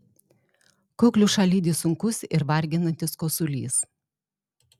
kokliušą lydi sunkus ir varginantis kosulys